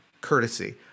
courtesy